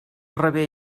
rebé